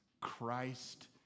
Christ